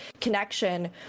connection